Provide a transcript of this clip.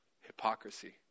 Hypocrisy